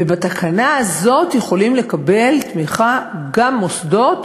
ובתקנה הזאת יכולים לקבל תמיכה גם מוסדות